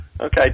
Okay